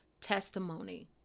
testimony